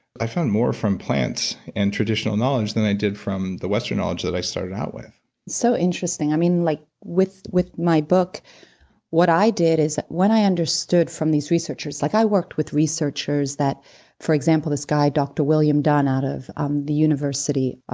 i found more from plants and traditional knowledge than i did from the western knowledge that i started out with so interesting. i mean like with with my book what i did is when i understood from these researchers, like i worked with researchers that for example this guy, dr. william dunn out of um the university,